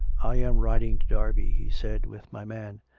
i am riding to derby, he said, with my man.